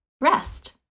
rest